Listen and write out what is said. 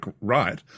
right